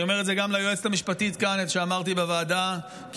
אני אומר את זה גם ליועצת המשפטית כאן את שאמרתי בוועדה כי